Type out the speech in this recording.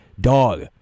Dog